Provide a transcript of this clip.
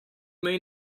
may